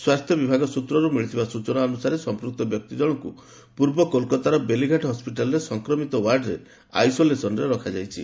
ସ୍ୱାସ୍ଥ୍ୟ ବିଭାଗ ସୂତ୍ରରୁ ମିଳିଥିବା ସୂଚନା ଅନୁସାରେ ସଂପୃକ୍ତ ବ୍ୟକ୍ତି ଜଣଙ୍କୁ ପୂର୍ବ କୋଲକାତାର ବେଲିଘାଟ ହସ୍କିଟାଲର ସଂକ୍ରମିତ ୱାର୍ଡରେ ଆଇସୋଲେସନ୍ରେ ରଖାଯାଇଛି